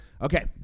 okay